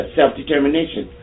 self-determination